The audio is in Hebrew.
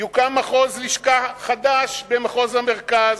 יוקם מחוז לשכה חדש במחוז המרכז,